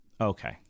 Okay